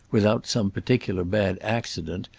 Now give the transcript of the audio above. without some particular bad accident,